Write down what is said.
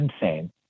insane